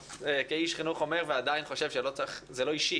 כאיש חינוך אני אומר ועדיין חושב שזה לא אישי.